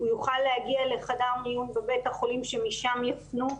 הוא יוכל להגיע לחדר מיון בבית החולים שמשם יפנו.